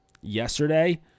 yesterday